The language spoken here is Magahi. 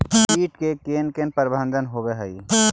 किट के कोन कोन प्रबंधक होब हइ?